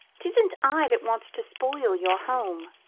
tisn't i that wants to spoil your home.